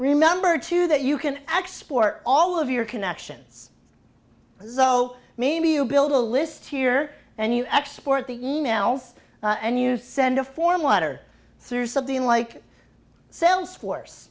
number two that you can export all of your connections so maybe you build a list here and you export the emails and you send a form letter through something like sales force